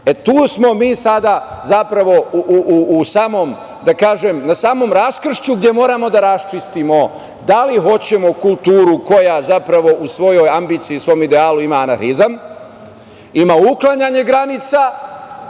prema nekima ponašamo. Tu smo mi sada na samom raskršću gde moramo da raščistimo da li hoćemo kulturu koja zapravo u svojoj ambiciji, u svom idealu ima anarhizam, ima uklanjanje granica